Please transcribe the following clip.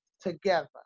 together